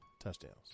touchdowns